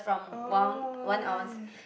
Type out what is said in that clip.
oh